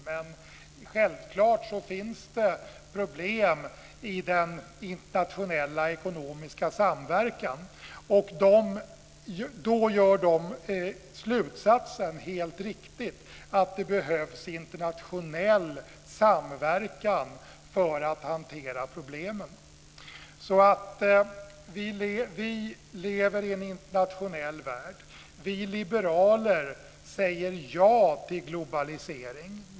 Det finns självfallet problem i den internationella ekonomiska samverkan. Då drar de helt riktigt slutsatsen att det behövs internationell samverkan för att hantera problemen. Vi lever i en internationell värld. Vi liberaler säger ja till globalisering.